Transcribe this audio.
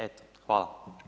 Eto, hvala.